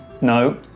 No